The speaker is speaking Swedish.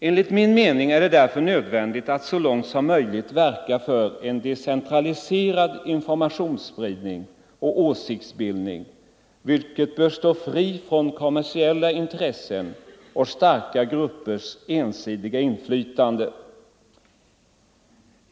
Enligt min mening är det därför nödvändigt att så långt möjligt verka för en decentraliserad opinionsspridning och åsiktsbildning, som bör stå fri från kommersiella intressen och starka gruppers ensidiga inflytande.